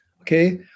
Okay